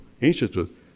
Institute